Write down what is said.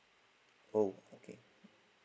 oh okay